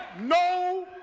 No